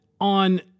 on